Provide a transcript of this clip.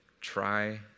try